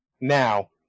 Now